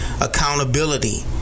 accountability